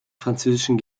französischen